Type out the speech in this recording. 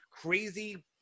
crazy